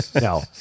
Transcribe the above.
no